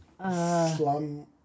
Slum